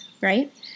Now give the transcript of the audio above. right